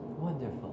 Wonderful